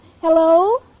Hello